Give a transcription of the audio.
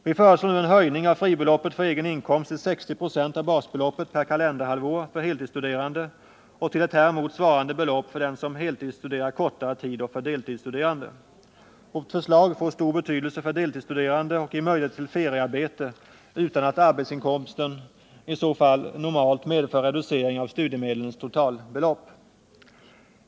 Vi föreslår nu en höjning av fribeloppet för egen inkomst till 60 96 av basbeloppet per kalenderhalvår för heltidsstuderande och till ett häremot svarande belopp för den som heltidsstuderar kortare tid och för deltidsstuderande. Vårt förslag får stor betydelse för deltidsstuderande och ger möjligheter till feriearbete, utan att arbetsinkomsten i så fall normalt medför reducering av studiemedlens totalbelopp.